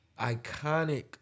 iconic